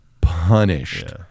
punished